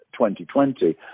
2020